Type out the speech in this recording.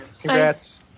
Congrats